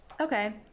Okay